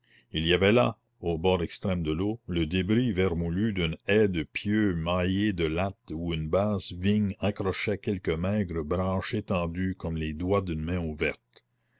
il y avait là au bord extrême de l'eau le débris vermoulu d'une haie de pieux maillée de lattes où une basse vigne accrochait quelques maigres branches étendues comme les doigts d'une main ouverte